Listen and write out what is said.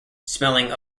smelling